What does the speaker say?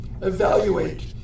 evaluate